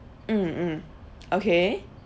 mm mm okay